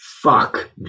Fuck